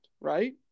right